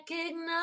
recognize